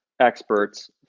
experts